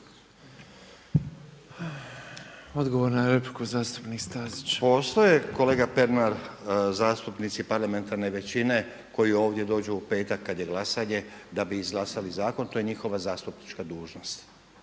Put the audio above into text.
Odgovor na repliku, zastupnik Stazić. **Stazić, Nenad (SDP)** Postoje kolega Pernar zastupnici parlamentarne većine koji ovdje dođu u petak kada je glasanje da bi izglasali zakon, to je njihova zastupnička dužnost,